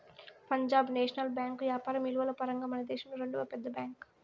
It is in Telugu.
పంజాబ్ నేషనల్ బేంకు యాపారం ఇలువల పరంగా మనదేశంలో రెండవ పెద్ద బ్యాంక్